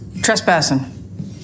Trespassing